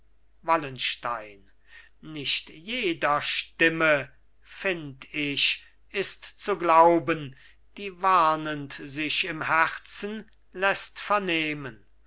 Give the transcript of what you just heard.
wallenstein nicht jeder stimme find ich ist zu glauben die warnend sich im herzen läßt vernehmen